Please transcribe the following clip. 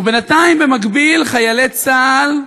ובינתיים, במקביל, חיילי צה"ל,